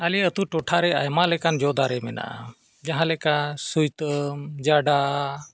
ᱟᱞᱮ ᱟᱛᱳ ᱴᱚᱴᱷᱟᱨᱮ ᱟᱭᱢᱟ ᱞᱮᱠᱟᱱ ᱡᱚᱼᱫᱟᱨᱮ ᱢᱮᱱᱟᱜᱼᱟ ᱡᱟᱦᱟᱸᱞᱮᱠᱟ ᱥᱩᱭᱛᱟᱹᱢ ᱡᱟᱰᱟ